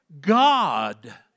God